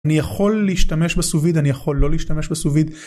אני יכול להשתמש בסו-ויד, אני יכול לא להשתמש בסו-ויד.